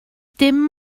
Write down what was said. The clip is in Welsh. dim